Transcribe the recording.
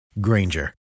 Granger